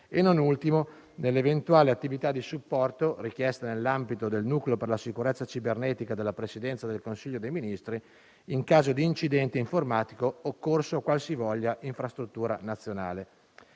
e, non ultimo, nell'eventuale attività di supporto, richiesta nell'ambito del nucleo per la sicurezza cibernetica della Presidenza del Consiglio dei ministri, in caso di incidente informatico occorso a qualsivoglia infrastruttura nazionale.